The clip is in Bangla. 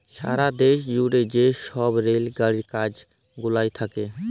সারা দ্যাশ জুইড়ে যে ছব রেল গাড়ির কাজ গুলা থ্যাকে